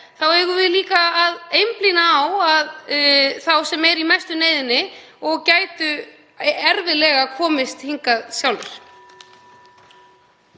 þá eigum við líka að einblína á þá sem eru í mestu neyðinni og ættu erfitt með að komast hingað sjálfir.